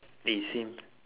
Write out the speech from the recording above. eh same